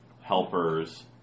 helpers